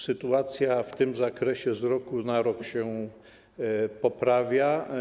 Sytuacja w tym zakresie z roku na rok się poprawia.